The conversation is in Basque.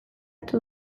hartu